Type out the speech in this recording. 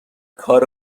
کار